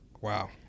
Wow